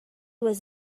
was